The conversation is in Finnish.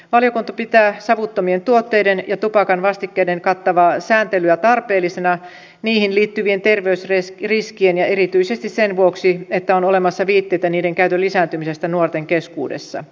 valiokunta pitää savuttomien tuotteiden ja tupakan vastikkeiden kattavaa sääntelyä tarpeellisena niihin liittyvien terveysriskien ja erityisesti sen vuoksi että on olemassa viitteitä niiden käytön lisääntymisestä nuorten keskuudessa